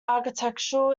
architectural